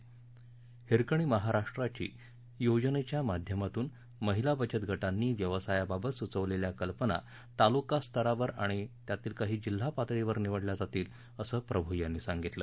हिरकणी महाराष्ट्राची योजनेच्या माध्यमातून महिला बचत गटांनी व्यवसायाबाबत सुचवलेल्या कल्पना तालुकास्तरावर आणि त्यातील काही जिल्हापातळीसाठी निवडल्या जातील असं प्रभू यांनी सांगितलं